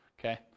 okay